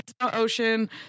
Ocean